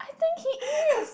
I think he is